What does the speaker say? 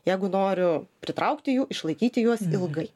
jeigu noriu pritraukti jų išlaikyti juos ilgai